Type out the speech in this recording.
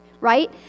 right